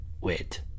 Wait